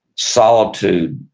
solitude